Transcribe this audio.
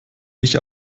ich